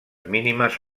mínimes